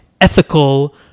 ethical